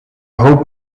hoop